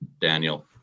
Daniel